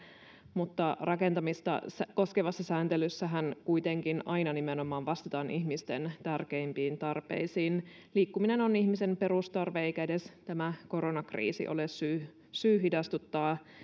mutta rakentamista koskevassa sääntelyssähän kuitenkin aina nimenomaan vastataan ihmisten tärkeimpiin tarpeisiin liikkuminen on ihmisen perustarve eikä edes tämä koronakriisi ole syy syy hidastuttaa